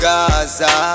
Gaza